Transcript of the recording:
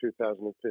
2015